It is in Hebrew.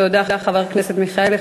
תודה לחבר הכנסת מיכאלי.